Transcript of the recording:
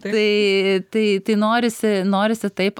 tai tai tai norisi norisi taip